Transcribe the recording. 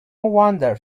wonder